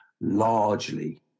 largely